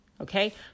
okay